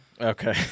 okay